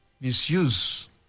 misuse